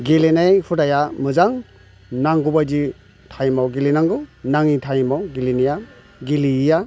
गेलेनाय हुदाया मोजां नांगौ बायदियै टाइमआव गेलेनांगौ नाङै टाइमआव गेलेनाया गेलेयैया